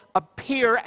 appear